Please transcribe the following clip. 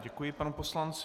Děkuji panu poslanci.